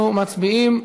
אנחנו מצביעים.